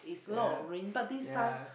ya ya